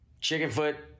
Chickenfoot